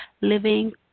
living